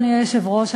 אדוני היושב-ראש,